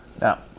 Now